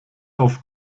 auf